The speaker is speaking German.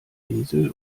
insel